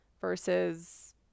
versus